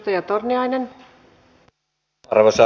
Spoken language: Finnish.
arvoisa rouva puhemies